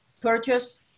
purchase